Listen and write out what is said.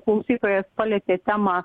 klausytojas palietė temą